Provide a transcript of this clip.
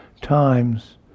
times